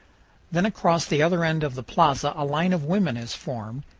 then across the other end of the plaza a line of women is formed,